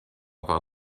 war